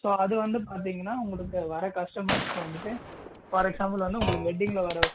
so அது வந்து பார்த்தீங்கனா உங்களுக்கு வரற கஸ்டமர்ஸ்க்கு வந்துட்டு ஃபார் எக்ஸாம்பிள் வந்து உங்களுக்கு வெட்டிங்கில் வர